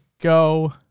go